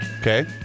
Okay